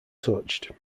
touched